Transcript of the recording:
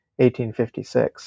1856